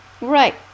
Right